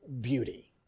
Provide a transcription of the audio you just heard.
beauty